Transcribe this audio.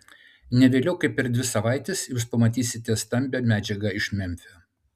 ne vėliau kaip per dvi savaites jūs pamatysite stambią medžiagą iš memfio